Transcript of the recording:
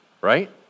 right